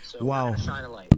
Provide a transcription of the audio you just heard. Wow